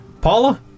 Paula